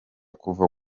kuva